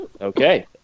Okay